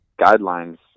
guidelines